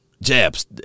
jabs